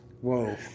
Whoa